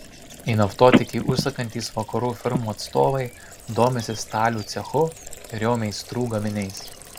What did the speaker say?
į naftotiekį užsukantys vakarų firmų atstovai domisi stalių cechu ir jo meistrų gaminiais